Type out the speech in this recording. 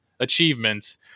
Achievements